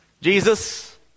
Jesus